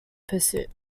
pursuits